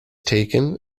taken